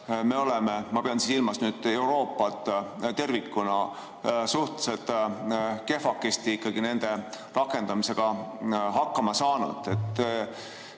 me oleme, ma pean silmas Euroopat tervikuna, suhteliselt kehvakesti nende rakendamisega hakkama saanud.